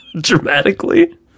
dramatically